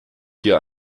hier